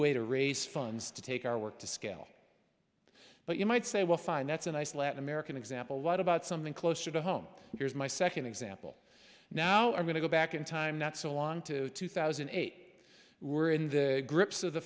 way to raise funds to take our work to scale but you might say well fine that's a nice latin american example what about something closer to home here's my second example now i'm going to go back in time not so long to two thousand and eight were in the grips of the